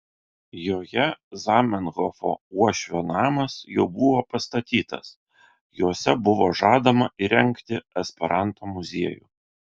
joje zamenhofo uošvio namas jau buvo pastatytas juose buvo žadama įrengti esperanto muziejų